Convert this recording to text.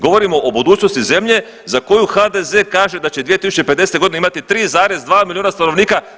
Govorimo o budućnosti zemlje za koju HDZ kaže da će 2050 godine imati 3,2 milijuna stanovnika.